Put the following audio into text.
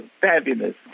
fabulous